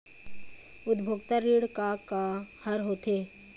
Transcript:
उपभोक्ता ऋण का का हर होथे?